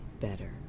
better